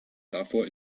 davor